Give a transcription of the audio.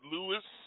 Lewis